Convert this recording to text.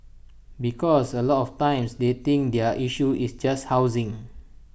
because A lot of times they think their issue is just housing